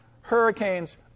hurricanes